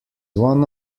one